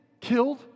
killed